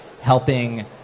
helping